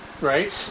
Right